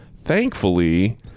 Thankfully